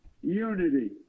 unity